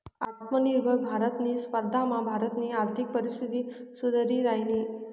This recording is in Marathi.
आत्मनिर्भर भारतनी स्पर्धामा भारतनी आर्थिक परिस्थिती सुधरि रायनी